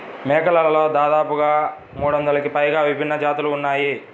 మేకలలో దాదాపుగా మూడొందలకి పైగా విభిన్న జాతులు ఉన్నాయి